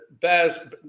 Baz